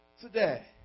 Today